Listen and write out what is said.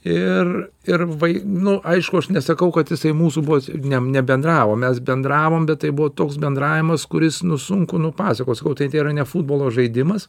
ir ir vai nu aišku aš nesakau kad jisai mūsų vos ne nebendravo mes bendravom bet tai buvo toks bendravimas kuris nu sunku nupasakot sakau tai tėra ne futbolo žaidimas